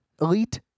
Elite